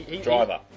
driver